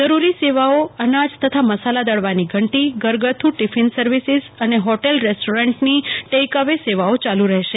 જરૂરી સેવ ઓ અન જ તથ મસ લ દળવ ની ધંટી ઘરગથ્થુ ટીફીન સર્વિસીસ અને હોટેલ રેસ્ટોરન્ટની ટેઈકઅવે સેવ ઓ ચ લુ રહેશે